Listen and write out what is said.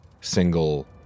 single